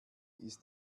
ist